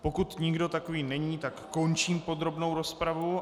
Pokud nikdo takový není, tak končím podrobnou rozpravu.